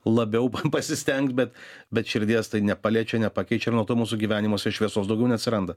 labiau pasistengt bet bet širdies tai nepaliečia nepakeičia ir nuo to mūsų gyvenimuose šviesos daugiau neatsiranda